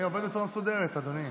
אני עובד בצורה מסודרת, אדוני.